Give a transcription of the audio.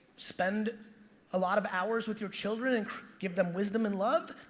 spend a lot of hours with your children and give them wisdom and love?